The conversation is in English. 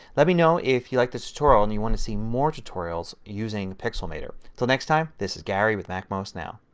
let me know if you liked this tutorial and if you want to see more tutorials using pixelmator. until next time this is gary with macmost now.